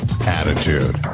attitude